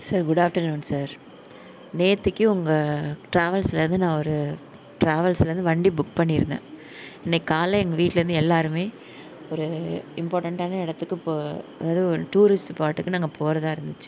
sir good afternoon sir நேற்றைக்கு உங்கள் ட்ராவல்ஸ்லேருந்து நான் ஒரு ட்ராவல்ஸ்லேருந்து வண்டி புக் பண்ணியிருந்தேன் இன்றைக்கி காலையில் எங்கள் வீட்டிலேருந்து எல்லாரும் ஒரு இம்பார்ட்டண்ட்டான இடத்துக்கு இப்போ டூரிஸ்ட்டு ஸ்பார்ட்டுக்கு நாங்கள் போகிறதா இருந்துச்சு